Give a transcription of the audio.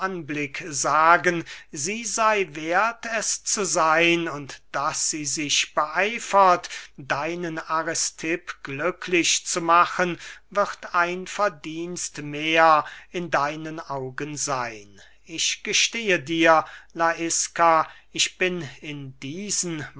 sagen sie sey werth es zu seyn und daß sie sich beeifert deinen aristipp glücklich zu machen wird ein verdienst mehr in deinen augen seyn ich gestehe dir laiska ich bin in diesen